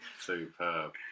Superb